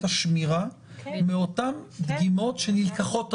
השמירה של אותן דגימות שנלקחות היום.